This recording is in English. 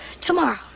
Tomorrow